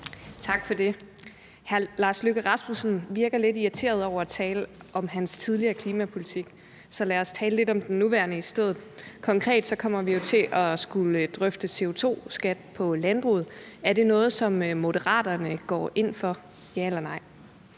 Tak for det. Hr. Lars Løkke Rasmussen virker lidt irriteret over at tale om sin tidligere klimapolitik. Så lad os tale lidt om den nuværende i stedet. Konkret kommer vi jo til at skulle drøfte en CO2-skat på landbruget. Er det noget, som Moderaterne går ind for – ja eller nej?